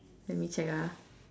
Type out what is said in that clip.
let me check ah